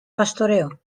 pastoreo